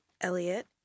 Elliot